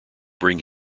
bring